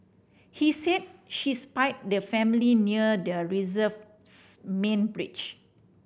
he said she spied the family near the reserve's main bridge